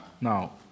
Now